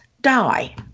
die